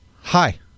Hi